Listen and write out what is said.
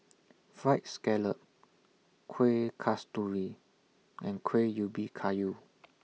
Fried Scallop Kueh Kasturi and Kuih Ubi Kayu